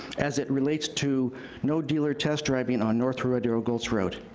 as it relates to no dealer test driving on north rodeo gulch road.